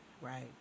Right